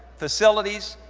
facilities,